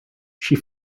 she